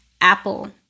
Apple